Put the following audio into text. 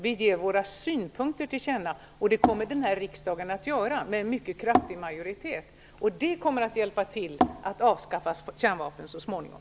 Vi ger våra synpunkter till känna, och det kommer denna riksdag att göra med en mycket kraftig majoritet. Det kommer att hjälpa till att avskaffa kärnvapnen så småningom.